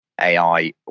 AI